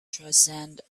transcend